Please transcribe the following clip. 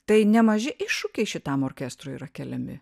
tai nemaži iššūkiai šitam orkestrui yra keliami